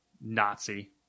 Nazi